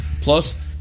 plus